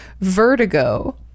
vertigo